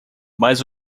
mas